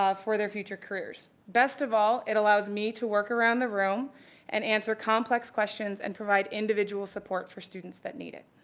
for their future careers. best of all, it allows me to work around the room and answer complex questions and provide individual support for students that need it.